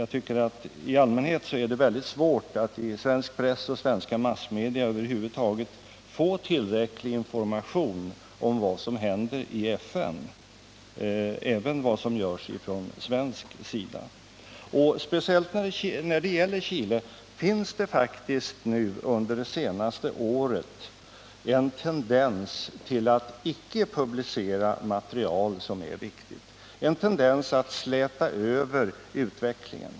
I allmänhet är det mycket svårt att i svensk press och svenska massmedier över huvud taget få tillräcklig information om vad som händer i FN, även om vad som görs från svensk sida. Speciellt när det gäller Chile finns det faktiskt en tendens under det senaste året att icke publicera viktigt material, en tendens att släta över utvecklingen.